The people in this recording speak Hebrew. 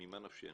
וממה נפשנו?